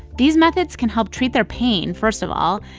these methods can help treat their pain, first of all,